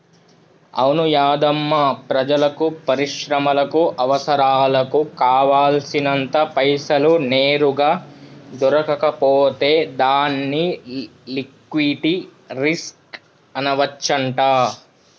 అవును యాధమ్మా ప్రజలకు పరిశ్రమలకు అవసరాలకు కావాల్సినంత పైసలు నేరుగా దొరకకపోతే దాన్ని లిక్విటీ రిస్క్ అనవచ్చంట